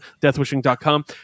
Deathwishing.com